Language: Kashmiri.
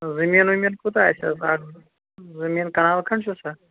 زٔمیٖن ومیٖن کوٗتاہ آسٮ۪س اَدٕ زٔمیٖن کَنال کھنٛڈ چھُ سا